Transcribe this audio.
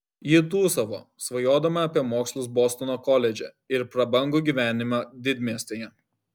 ji dūsavo svajodama apie mokslus bostono koledže ir prabangų gyvenimą didmiestyje